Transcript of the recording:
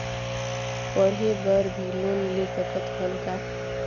पढ़े बर भी लोन ले सकत हन का?